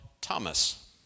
Thomas